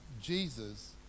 Jesus